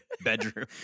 bedroom